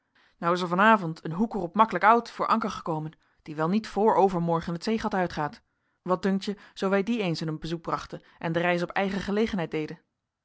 nou is er van avond een hoeker op maklijk oud voor anker gekomen die wel niet voor overmorgen het zeegat uitgaat wat dunkt je zoo wij die eens een bezoek brachten en de reis op eigen gelegenheid deden